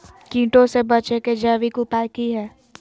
कीटों से बचे के जैविक उपाय की हैय?